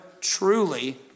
truly